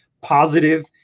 positive